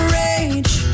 rage